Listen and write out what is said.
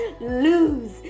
lose